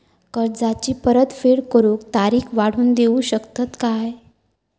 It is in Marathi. कर्जाची परत फेड करूक तारीख वाढवून देऊ शकतत काय?